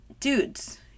Dudes